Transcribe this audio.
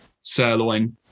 sirloin